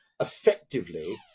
effectively